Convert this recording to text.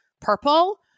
purple